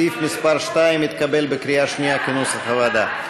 סעיף מס' 2 התקבל בקריאה שנייה כנוסח הוועדה.